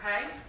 okay